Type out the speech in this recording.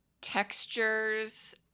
textures